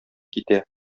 китә